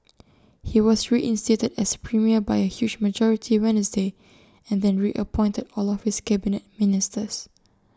he was reinstated as premier by A huge majority Wednesday and then reappointed all of his Cabinet Ministers